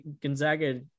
Gonzaga